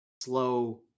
slow